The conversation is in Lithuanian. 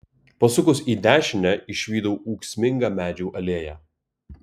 pasukus į dešinę išvydau ūksmingą medžių alėją